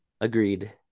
Agreed